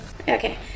Okay